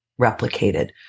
replicated